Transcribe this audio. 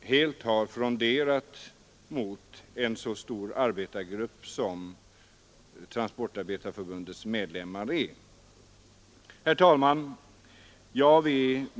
helt har fronderat mot en så stor arbetargrupp som Transportarbetareförbundets medlemmar är. Herr talman!